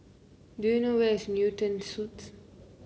do you know where is Newton Suites